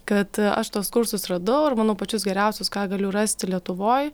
kad aš tuos kursus radau ir manau pačius geriausius ką galiu rasti lietuvoj